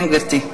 כן, גברתי.